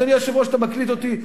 אדוני היושב-ראש, אתה מקליט אותי.